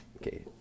Okay